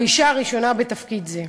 האישה הראשונה בתפקיד זה.